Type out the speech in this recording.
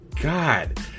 God